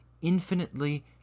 infinitely